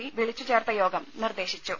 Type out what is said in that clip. P വിളിച്ചു ചേർത്ത യോഗം നിർദ്ദേശിച്ചു